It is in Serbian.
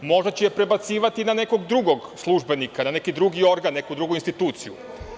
Možda će je prebacivati na nekog drugog službenika na neki drugi organ, neku drugu instituciju.